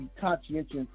conscientious